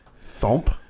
Thump